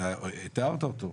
שתיארת אותו,